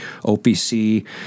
OPC